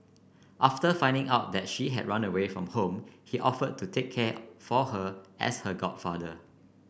after finding out that she had run away from home he offered to take care for her as her godfather